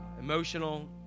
emotional